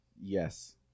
Yes